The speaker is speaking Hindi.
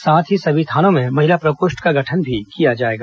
साथ ही सभी थानों में महिला प्रकोष्ठ का गठन भी किया जाएगा